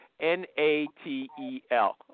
N-A-T-E-L